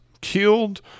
killed